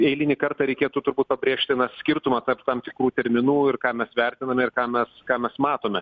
eilinį kartą reikėtų turbūt pabrėžti na skirtumą kad tam tikrų terminų ir ką mes vertiname ir ką mes ką mes matome